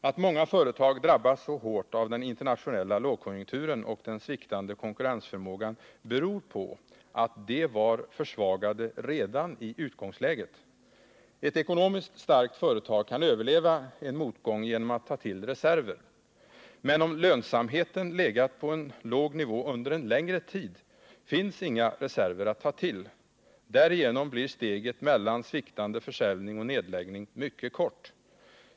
Att många företag drabbas så hårt av den internationella lågkonjunkturen och den sviktande konkurrensförmågan beror på att de var försvagade redan i utgångsläget. Ett ekonomiskt starkt företag kan överleva en motgång genom att ta till reserver. Men om lönsamheten legat på en låg nivå under en längre tid, finns inga reserver att ta till. Därigenom blir steget mellan sviktande försäljning och nedläggning mycket kort.